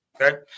Okay